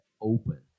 open